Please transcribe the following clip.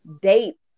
dates